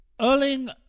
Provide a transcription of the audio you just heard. Erling